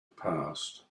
passed